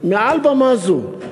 מעל במה זו,